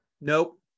nope